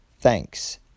Thanks